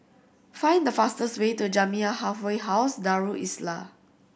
find the fastest way to Jamiyah Halfway House Darul Islah